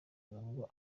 ngo